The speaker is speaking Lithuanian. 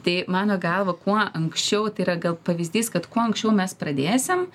tai mano galva kuo anksčiau tai yra gal pavyzdys kad kuo anksčiau mes pradėsim